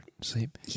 sleep